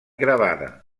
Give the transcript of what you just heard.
gravada